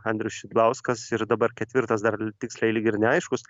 andrius šidlauskas ir dabar ketvirtas dar tiksliai lyg ir neaiškus